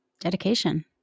dedication